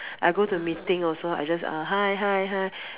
I go to meeting also I just err hi hi hi